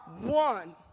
one